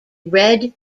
red